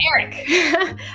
Eric